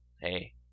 hey